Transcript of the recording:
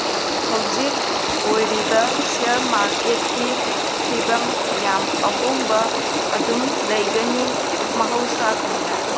ꯍꯧꯖꯤꯛ ꯑꯣꯏꯔꯤꯕ ꯁꯤꯌꯥꯔ ꯃꯥꯔꯀꯦꯠꯀꯤ ꯐꯤꯚꯝ ꯌꯥꯝ ꯑꯍꯣꯡꯕ ꯑꯗꯨꯝ ꯂꯩꯒꯅꯤ ꯃꯍꯧꯁꯥꯒꯨꯝꯅ